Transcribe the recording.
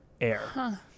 air